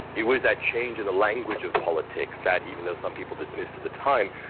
it was that change in the language of politics that, even though some people dismissed at the time,